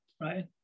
right